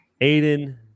aiden